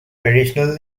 traditional